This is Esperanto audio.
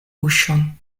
buŝon